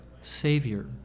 Savior